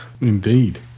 indeed